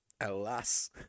Alas